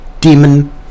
demon